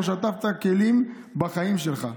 לא שטפת כלים בחיים שלך.